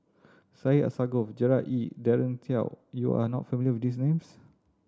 Syed Alsagoff Gerard Ee Daren Shiau you are not familiar with these names